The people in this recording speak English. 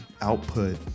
output